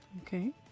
Okay